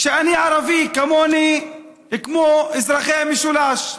לערבי כמוני וכמו אזרחי המשולש,